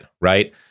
Right